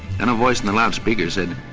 and a voice on the loud speaker said,